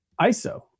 ISO